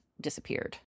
disappeared